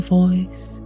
voice